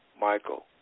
Michael